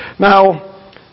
Now